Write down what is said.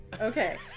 Okay